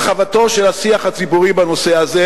הרחבתו של השיח הציבורי בנושא הזה.